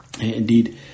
Indeed